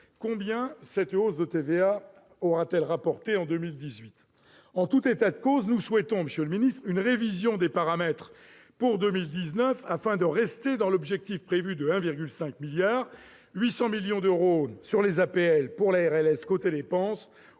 Combien cette hausse de TVA aura-t-elle rapporté en 2018 ? En tout état de cause, nous souhaitons une révision des paramètres pour 2019, afin de rester dans l'objectif prévu de 1,5 milliard d'euros- 800 millions d'euros de réduction d'APL pour financer la RLS, côté dépenses,